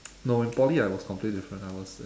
no in poly I was completely different I was